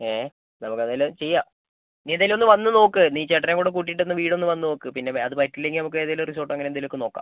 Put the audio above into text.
ഏ നമുക്ക് എന്തെങ്കിലും ചെയ്യാം നീ എന്തായാലും ഒന്ന് വന്ന് നോക്ക് നീ ചേട്ടനെയും കൂടെ കൂട്ടിയിട്ട് വീട് ഒന്ന് വന്ന് നോക്ക് പിന്നെ അത് പറ്റില്ലെങ്കിൽ നമുക്ക് ഏതെങ്കിലും റിസോർട്ട് അങ്ങനെ എന്തെങ്കിലും ഒക്കെ നോക്കാം